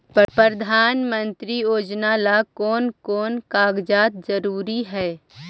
प्रधानमंत्री योजना ला कोन कोन कागजात जरूरी है?